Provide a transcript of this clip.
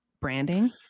branding